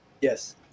Yes